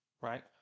right